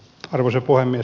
arvoisa puhemies